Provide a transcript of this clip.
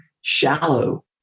shallow